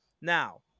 Now